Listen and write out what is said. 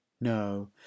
no